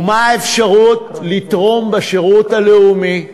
ומה עם האפשרות לתרום בשירות הלאומי?